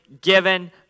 given